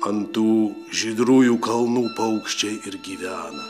ant tų žydrųjų kalnų paukščiai ir gyvena